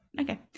Okay